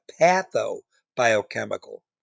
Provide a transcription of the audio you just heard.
patho-biochemical